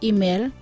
Email